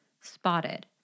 Spotted